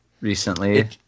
recently